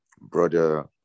Brother